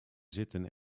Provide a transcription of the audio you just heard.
zitten